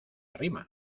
arrima